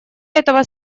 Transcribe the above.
этого